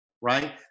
right